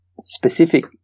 specific